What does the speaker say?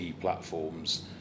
platforms